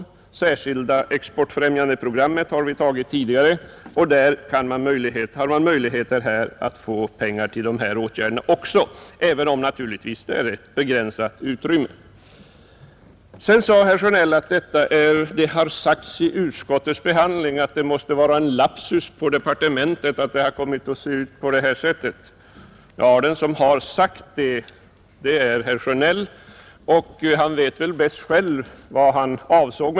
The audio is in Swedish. Det särskilda exportfrämjande programmet har vi antagit tidigare, och därigenom har man möjligheter att få pengar också till dessa åtgärder, även om utrymmet naturligtvis är rätt begränsat. Vidare sade herr Sjönell att ”det har sagts under utskottsbehandlingen” att det måste vara en lapsus i departementet att det har kommit att se ut på det här sättet. Ja, den som har sagt det är herr Sjönell, och han vet väl bäst själv vad han avsåg.